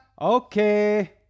Okay